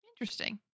interesting